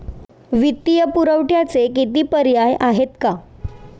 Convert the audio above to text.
वित्तीय पुरवठ्याचे किती पर्याय आहेत का?